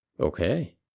Okay